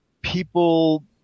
people